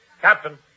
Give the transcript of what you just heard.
Captain